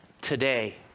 today